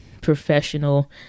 professional